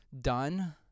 done